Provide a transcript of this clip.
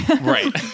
Right